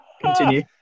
Continue